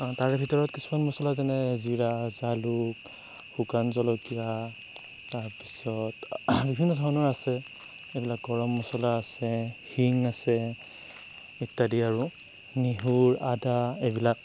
তাৰে ভিতৰত কিছুমান মছলা যেনে জিৰা জালুক শুকান জলকীয়া তাৰপিছত বিভিন্ন ধৰণৰ আছে এইবিলাক গৰম মছলা আছে হিং আছে ইত্যাদি আৰু নহৰু আদা এইবিলাক